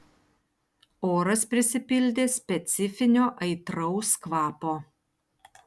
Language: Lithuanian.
oras prisipildė specifinio aitraus kvapo